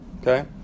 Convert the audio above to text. Okay